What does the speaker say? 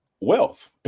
wealth